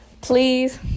please